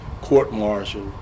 court-martial